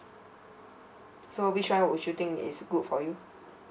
so which one would you think is good for you